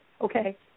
Okay